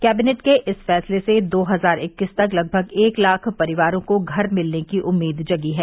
cabinet के इस फैसले से दो हजार इक्कीस तक लगभग एक लाख परिवारों को घर मिलने की उम्मीद जगी है